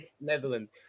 Netherlands